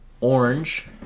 orange